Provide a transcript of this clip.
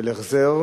של החזר